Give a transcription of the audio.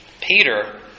Peter